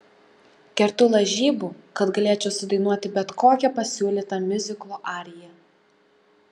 kertu lažybų kad galėčiau sudainuoti bet kokią pasiūlytą miuziklo ariją